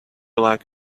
like